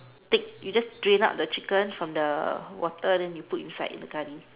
take you just drain out the chicken from the water then you put inside the curry